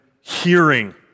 hearing